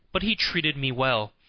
but he treated me well,